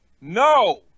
No